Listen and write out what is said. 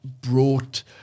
brought